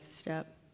step